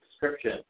description